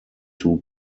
two